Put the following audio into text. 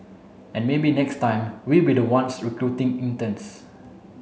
and maybe next time we'll be the ones recruiting interns